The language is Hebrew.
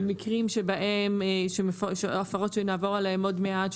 -- או מקרים שבהם יש הפרות שנעבור עליהן עוד מעט,